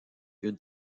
une